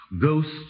Ghosts